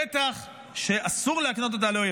בטח שאסור להקנות אותה לאויב.